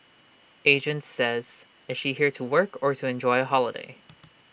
agent says is she here to work or to enjoy A holiday